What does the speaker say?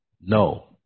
No